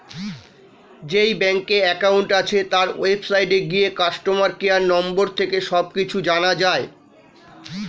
যেই ব্যাংকে অ্যাকাউন্ট আছে, তার ওয়েবসাইটে গিয়ে কাস্টমার কেয়ার নম্বর থেকে সব কিছু জানা যায়